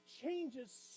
changes